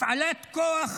הפעלת כוח